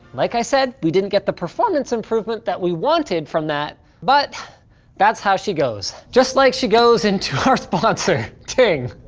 like i said, we didn't get the performance improvement that we wanted from that, but that's how she goes. just like she goes into her sponsor, ting.